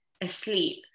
asleep